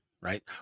right